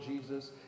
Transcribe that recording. Jesus